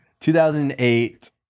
2008